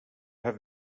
have